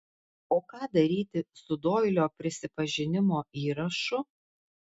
o ką daryti su doilio prisipažinimo įrašu